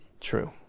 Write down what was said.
true